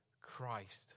Christ